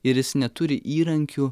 ir jis neturi įrankių